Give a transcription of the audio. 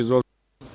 Izvolite.